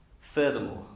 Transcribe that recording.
Furthermore